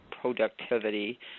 productivity